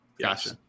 Gotcha